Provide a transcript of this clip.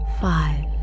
Five